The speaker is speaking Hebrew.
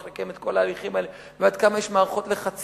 לקיים את כל ההליכים האלה ועד כמה יש מערכות לחצים.